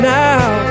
now